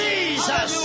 Jesus